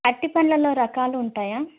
అరటిపండ్లల్లో రకాలు ఉంటాయా